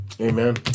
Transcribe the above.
Amen